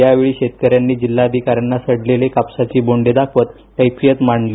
या वेळी शेतकऱ्यानी जिल्हाधिकार्यांना सडलेले कापसाचे बोंडे दाखवत कैफियत मांडली